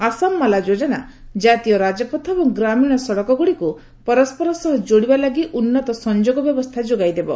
ଆସାମ ମାଲା ଯୋଜନା ଜାତୀୟ ରାଜପଥ ଏବଂ ଗ୍ରାମୀଣ ସଡ଼କ ଗୁଡ଼ିକୁ ପରସ୍କର ସହ ଯୋଡ଼ିବା ଲାଗି ଉନ୍ନତ ସଂଯୋଗ ବ୍ୟବସ୍ଥା ଯୋଗାଇଦେବ